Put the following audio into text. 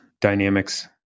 dynamics